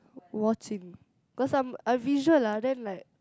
watching cause some I visual lah then like